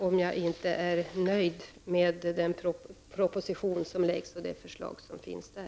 Om jag inte blir nöjd med den proposition som väntas får jag väl återkomma.